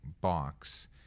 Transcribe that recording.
box